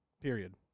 Period